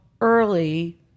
early